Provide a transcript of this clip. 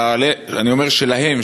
אני אומר: שלהם,